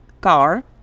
car